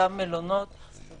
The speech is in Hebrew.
אותם מלונות ואכסניות,